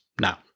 now